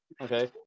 Okay